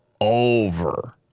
over